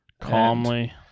Calmly